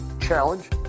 challenge